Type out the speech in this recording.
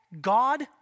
God